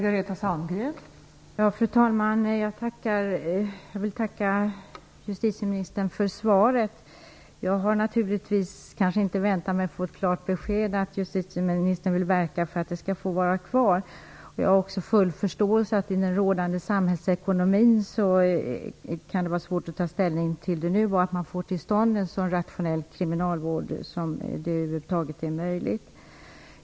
Fru talman! Jag vill tacka justitieministern för svaret. Jag hade naturligtvis inte väntat mig att få ett klart besked om att justitieministern vill verka för att anstalten skall få vara kvar. Jag har också full förståelse för att det kan vara svårt att ta ställning i frågan i den rådande samhällsekonomin och för betydelsen av att få till stånd en så rationell kriminalvård som över huvud taget är möjligt.